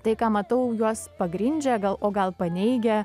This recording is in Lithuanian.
tai ką matau juos pagrindžia gal o gal paneigia